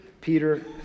Peter